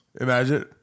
Imagine